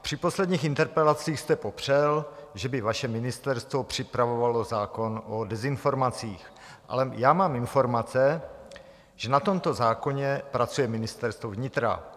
Při posledních interpelacích jste popřel, že by vaše ministerstvo připravovalo zákon o dezinformacích, ale já mám informace, že na tomto zákoně pracuje Ministerstvo vnitra.